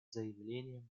заявлением